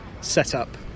setup